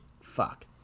Fuck